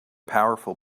powerful